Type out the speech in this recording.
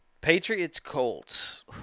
Patriots-Colts